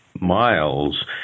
miles